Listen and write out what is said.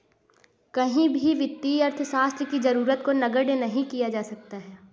कहीं भी वित्तीय अर्थशास्त्र की जरूरत को नगण्य नहीं किया जा सकता है